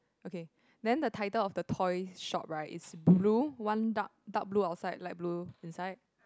okay then the title of the toy shop right is blue one dark dark blue outside light blue inside